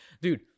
dude